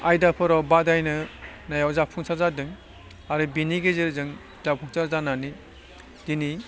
आयदाफोराव बादायनायाव जाफुंसार जादों आरो बेनि गेजेरजों जाफुंसार जानानै दिनै